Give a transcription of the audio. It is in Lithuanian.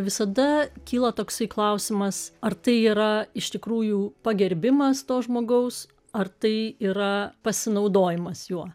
visada kyla toksai klausimas ar tai yra iš tikrųjų pagerbimas to žmogaus ar tai yra pasinaudojimas juo